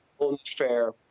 unfair